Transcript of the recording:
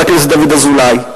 חבר הכנסת דוד אזולאי.